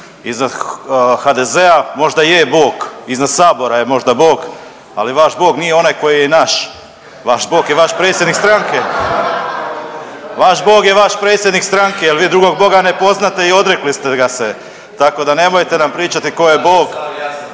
iznad HDZ-a možda je bog, iznad Sabora je možda bog, ali vaš bog nije onaj koji je i naš. Vaš bog je vaš predsjednik stranke. Vaš bog je vaš predsjednik stranke, jer vi drugog boga ne poznate i odrekli ste ga se. Tako da nemojte nam pričati tko je bog,